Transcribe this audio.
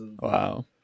wow